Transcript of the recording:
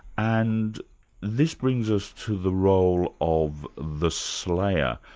and this brings us to the role of the slayer,